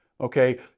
okay